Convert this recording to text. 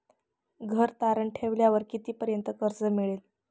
घर तारण ठेवल्यावर कितीपर्यंत कर्ज मिळेल?